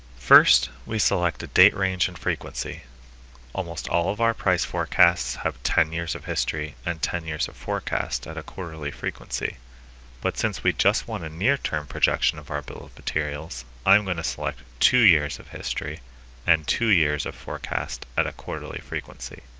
first, we select a date range and frequency almost all of our price forecasts have ten years of history and ten years of forecast at a quarterly frequency but since we just want a near term projection of our bill of materials i am going to select two years of history and two years of forecast at a quarterly frequency